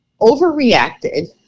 overreacted